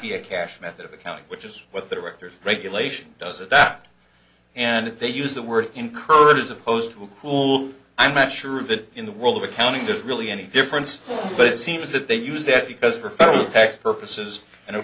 be a cash method of accounting which is what the directors regulation does adopt and they use the word incurred as opposed to pool i'm not sure of that in the world of accounting there's really any difference but it seems that they use that because perfect tax purposes in a